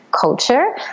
culture